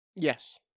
Yes